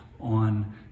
on